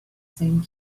same